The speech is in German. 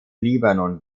libanon